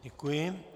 Děkuji.